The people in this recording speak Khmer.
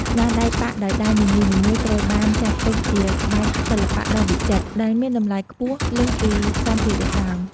ស្នាដៃប៉ាក់ដោយដៃនីមួយៗត្រូវបានចាត់ទុកជាក្បាច់សិល្បៈដ៏វិចិត្រ ដែលមានតម្លៃខ្ពស់លើសពីសម្ភារៈដើម។